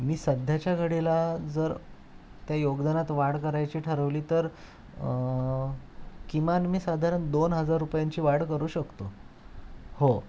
मी सध्याच्या घडीला जर त्या योगदानात वाढ करायची ठरवली तर किमान मी साधारण दोन हजार रुपयांची वाढ करू शकतो हो